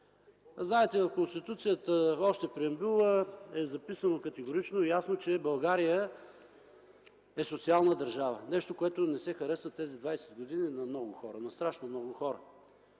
на Конституцията е записано категорично и ясно, че България е социална държава – нещо, което не се харесва в тези 20 години на много хора, на страшно много хора.